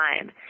time